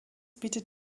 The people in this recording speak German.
bietet